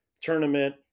tournament